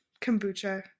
kombucha